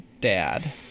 dad